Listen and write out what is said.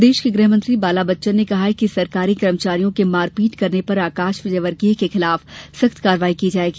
प्रदेश के गृहमंत्री बाला बच्चन ने कहा कि सरकारी कर्मचारियों के मारपीट करने पर आकाश विजयवर्गीय के खिलाफ सख्त कार्रवाई की जाएगी